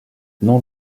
non